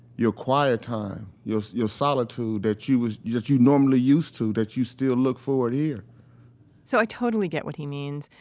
your quiet time. your your solitude that you was, that you normally used to that you still look forward here so i totally get what he means.